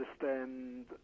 understand